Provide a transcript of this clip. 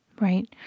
right